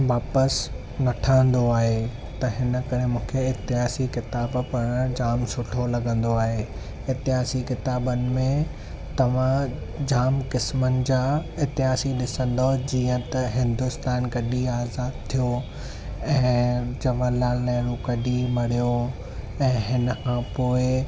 वापसि न ठहंदो आहे त हिन करे मूंखे इतिहास जी किताबु पढ़णु जाम सुठो लॻंदो आहे इतिहास जी किताबनि में तव्हां जाम क़िस्मनि जा इतिहासी ॾिसंदव जीअं त हिंदुस्तान कॾहिं आज़ादु थियो ऐं जवाहर लाल नेहरु